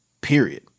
period